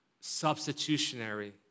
substitutionary